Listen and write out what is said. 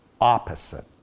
opposite